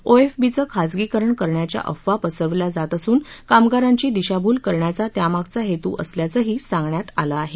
ओ F बीचं खाजगीकरण करण्याच्या अफवा पसरवल्या जात असून कामगारांची दिशाभूल करण्याचा त्यामागचा हेतू असल्याचंही सांगण्यात आलं आहे